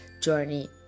journey